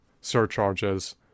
surcharges